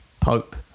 Pope